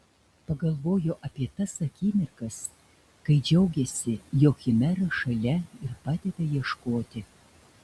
pagalvojo apie tas akimirkas kai džiaugėsi jog chimera šalia ir padeda ieškoti